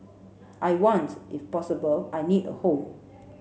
I want if possible I need a home